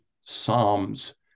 psalms